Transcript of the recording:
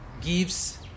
gives